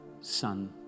Son